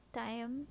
time